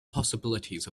possibilities